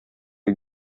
you